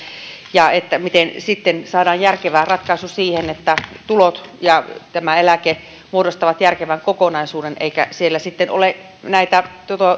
miten saadaan järkevä ratkaisu siihen että tulot ja eläke muodostavat järkevän kokonaisuuden eikä siellä ole